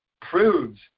proves